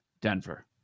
Denver